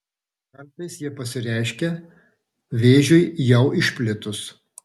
kartais jie pasireiškia vėžiui jau išplitus